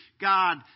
God